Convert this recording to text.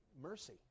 mercy